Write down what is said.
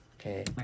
Okay